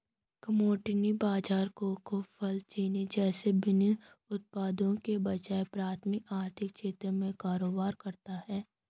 commodity बाजार cocoa, फल, चीनी जैसे विनिर्मित उत्पादों के बजाय प्राथमिक आर्थिक क्षेत्र में कारोबार करता है